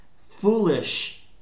foolish